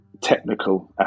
technical